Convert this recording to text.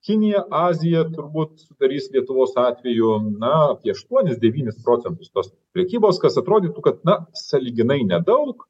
kinija azija turbūt sudarys lietuvos atveju na apie aštuonis devynis procentus tos prekybos kas atrodytų kad na sąlyginai nedaug